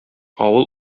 авыл